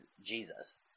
Jesus